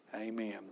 Amen